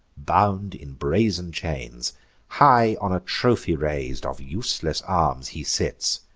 bound in brazen chains high on a trophy rais'd, of useless arms, he sits,